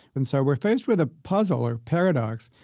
and so we're faced with a puzzle or paradox.